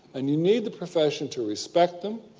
and you need the profession to respect them,